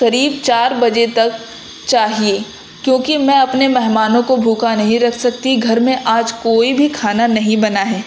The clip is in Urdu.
قریب چار بجے تک چاہیے کیونکہ میں اپنے مہمانوں کو بھوکا نہیں رکھ سکتی گھر میں آج کوئی بھی کھانا نہیں بنا ہے